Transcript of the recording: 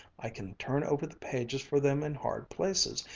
i can turn over the pages for them in hard places,